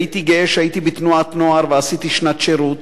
הייתי גאה שהייתי בתנועת נוער ועשיתי שנת שירות.